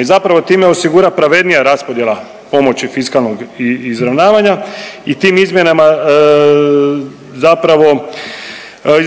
i zapravo time osigura pravednija raspodjela pomoći fiskalnog izravnavanja i tim izmjenama zapravo